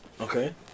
Okay